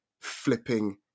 flipping